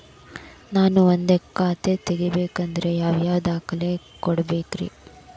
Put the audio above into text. ನಾನ ಒಂದ್ ಖಾತೆ ತೆರಿಬೇಕಾದ್ರೆ ಯಾವ್ಯಾವ ದಾಖಲೆ ಕೊಡ್ಬೇಕ್ರಿ?